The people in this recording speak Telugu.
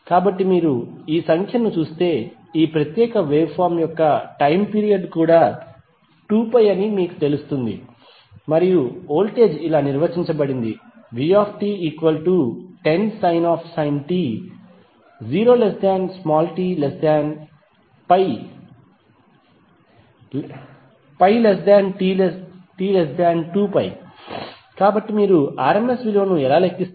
కాబట్టి మీరు ఈ సంఖ్యను చూస్తే ఈ ప్రత్యేక వేవ్ ఫార్మ్ యొక్క టైమ్ పీరియడ్ కూడా 2π అని మీకు తెలుస్తుంది మరియు వోల్టేజ్ ఇలా నిర్వచించబడింది vt10sin t 0tπ 0πt2π కాబట్టి మీరు rms విలువను ఎలా లెక్కిస్తారు